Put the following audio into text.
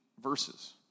verses